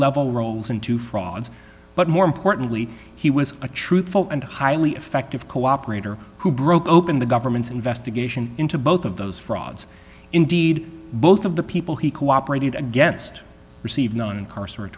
level roles into frauds but more importantly he was a truthful and highly effective cooperator who broke open the government's investigation into both of those frauds indeed both of the people he cooperated against received nine incarcerate